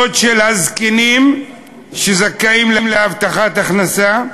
הזקנים שזכאים להבטחת הכנסה,